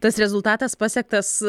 tas rezultatas pasiektas